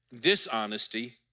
Dishonesty